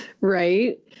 Right